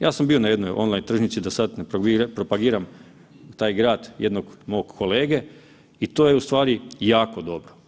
Ja sam bio na jednoj online tržnici da sada ne propagiram taj grad jednog mog kolege i to je ustvari jako dobro.